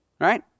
right